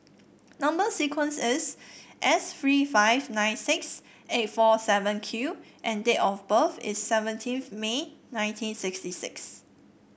number sequence is S three five nine six eight four seven Q and date of birth is seventeenth May nineteen sixty six